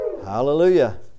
Hallelujah